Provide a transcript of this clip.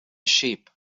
sheep